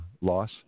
loss